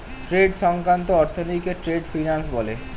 trade সংক্রান্ত অর্থনীতিকে trade finance বলে